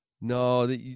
No